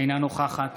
אינה נוכחת